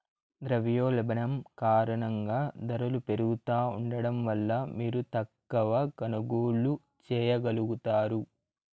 ద్రవ్యోల్బణం కారణంగా దరలు పెరుగుతా ఉండడం వల్ల మీరు తక్కవ కొనుగోల్లు చేయగలుగుతారు